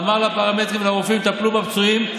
אמר לפרמדיקים ולרופאים: תטפלו בפצועים,